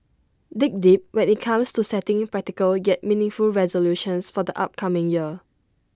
dig deep when IT comes to setting practical yet meaningful resolutions for the upcoming year